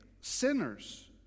sinners